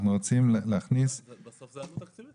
אנחנו רוצים להכניס --- בסוף זה עלות תקציבית.